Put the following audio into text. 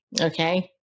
Okay